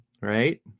right